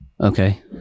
Okay